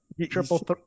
triple